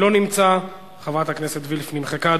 לא נמצא, חברת הכנסת וילף נמחקה.